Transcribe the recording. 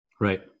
right